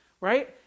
right